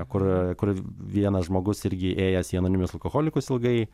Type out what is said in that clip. kur kur vienas žmogus irgi ėjęs į anoniminius alkoholikus ilgai